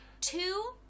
Two